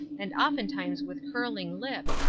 and oftentimes with curling lip,